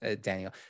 Daniel